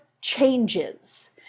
changes